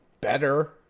better